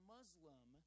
Muslim